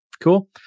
Cool